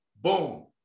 boom